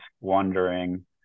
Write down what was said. wondering